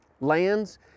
lands